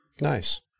Nice